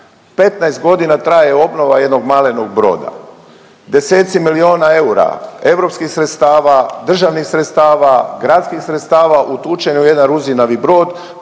15 godina traje obnova jednog malenog broda. Deseci milijuna eura, europskih sredstava, državnih sredstava, gradskih sredstava utučeno u jedan ruzinavi brod